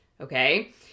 okay